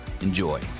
Enjoy